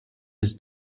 his